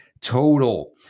total